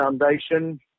Foundation